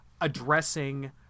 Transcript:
addressing